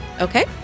Okay